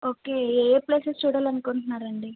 okay ఏ యే places చూడాలనుకుంటున్నారండి